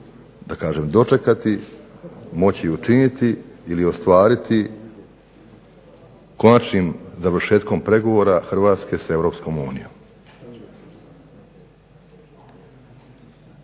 od njih dočekati, moći učiniti ili ostvariti konačnim završetkom pregovora HRvatske s EU?